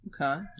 Okay